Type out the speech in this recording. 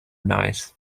nice